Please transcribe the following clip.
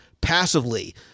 passively